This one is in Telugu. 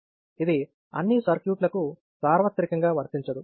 ఇది అన్ని సర్క్యూట్లకు సార్వత్రికంగా వర్తించదు